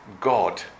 God